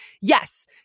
yes